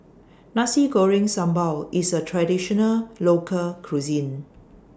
Nasi Goreng Sambal IS A Traditional Local Cuisine